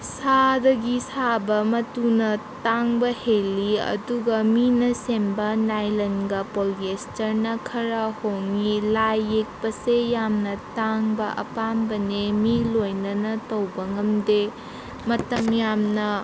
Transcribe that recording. ꯁꯥꯗꯒꯤ ꯁꯥꯕ ꯃꯇꯨꯅ ꯇꯥꯡꯕ ꯍꯦꯜꯂꯤ ꯑꯗꯨꯒ ꯃꯤꯅ ꯁꯦꯝꯕ ꯅꯥꯏꯂꯟꯒ ꯄꯣꯂꯤꯌꯁꯇꯔꯅ ꯈꯔ ꯍꯣꯡꯉꯤ ꯂꯥꯏ ꯌꯦꯛꯄꯁꯦ ꯌꯥꯝꯅ ꯇꯥꯡꯕ ꯑꯄꯥꯝꯕꯅꯦ ꯃꯤ ꯂꯣꯏꯅꯅ ꯇꯧꯕ ꯉꯝꯗꯦ ꯃꯇꯝ ꯌꯥꯝꯅ